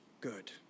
good